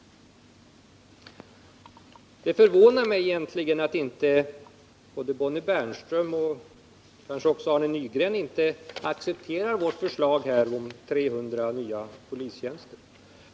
Det förvånar mig egentligen att inte både Bonnie Bernström och Arne Nygren accepterar vårt förslag om 300 nya polismanstjänster.